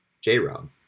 J-Rob